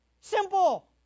Simple